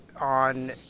on